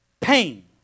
pain